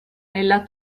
nella